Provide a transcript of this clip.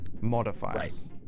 Modifiers